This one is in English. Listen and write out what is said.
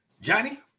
Johnny